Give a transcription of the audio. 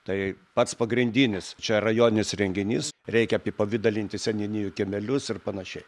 tai pats pagrindinis čia rajoninis renginys reikia apipavidalinti seniūnijų kiemelius ir panašiai